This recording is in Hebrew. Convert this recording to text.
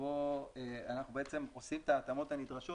וכאן אנחנו עושים את ההתאמות הנדרשות